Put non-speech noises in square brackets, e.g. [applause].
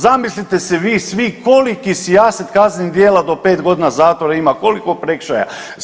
Zamislite si vi svi koliki si ... [unintelligible] kaznenih djela do 5 godina zatvora ima, koliko prekršaja.